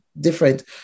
different